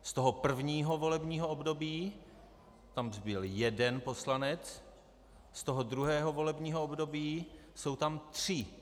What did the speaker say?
Z prvního volebního období tam zbyl jeden poslanec, z druhého volebního období jsou tam tři.